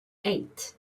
eight